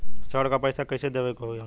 ऋण का पैसा कइसे देवे के होई हमके?